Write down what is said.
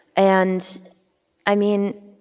and i mean,